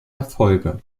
erfolge